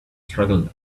struggle